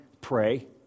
pray